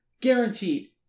guaranteed